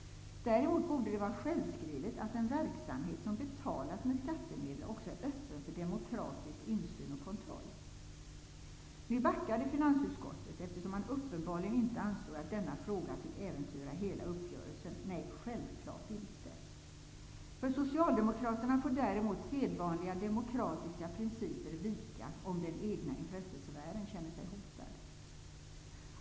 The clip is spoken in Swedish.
Däremot borde det vara självskrivet att en verksamhet som betalas med skattemedel också är öppen för demokratisk insyn och kontroll. Nu backade finansutskottet, eftersom man uppenbarligen inte ansåg att denna fråga fick äventyra hela uppgörelsen. Nej, självklart inte. För Socialdemokraterna får däremot sedvanliga demokratiska principer vika, om den egna intressesfären känner sig hotad.